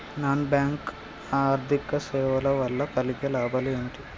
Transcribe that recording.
Non bank ఆర్థిక సేవల వల్ల కలిగే లాభాలు ఏమిటి?